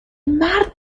مرد